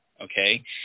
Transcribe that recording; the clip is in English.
okay